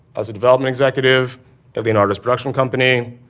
i was a development executive at leonardo's production company.